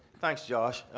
thanks, josh.